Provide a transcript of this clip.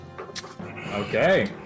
Okay